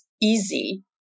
easy